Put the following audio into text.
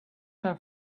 have